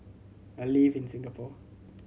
I live in Singapore